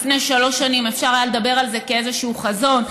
עד לפני שלוש שנים אפשר היה לדבר על זה כאיזשהו חזון,